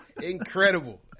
Incredible